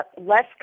less